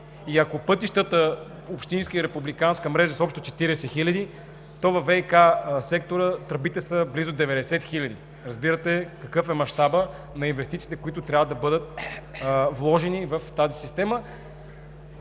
Ако пътищата – общинска и републиканска мрежа, са общо 40 хиляди, то във ВиК сектора тръбите са близо 90 хиляди. Разбирате какъв е мащабът на инвестициите, които трябва да бъдат вложени в тази система,